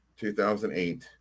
2008